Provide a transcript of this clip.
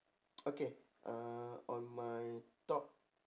okay uh on my top